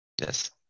Yes